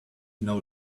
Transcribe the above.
know